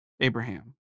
Abraham